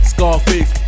Scarface